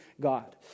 God